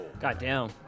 Goddamn